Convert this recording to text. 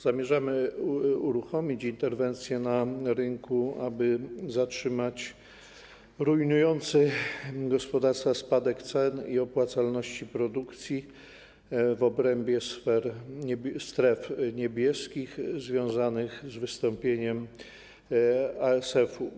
Zamierzamy uruchomić interwencję na rynku, aby zatrzymać rujnujący gospodarstwa spadek cen i opłacalności produkcji w obrębie stref niebieskich związanych z wystąpieniem ASF-u.